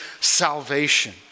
salvation